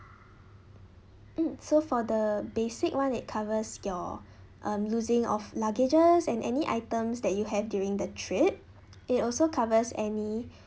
mm so for the basic one it covers your um losing of luggages and any items that you have during the trip it also covers any